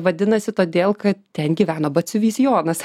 vadinasi todėl kad ten gyveno batsiuvys jonas